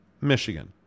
Michigan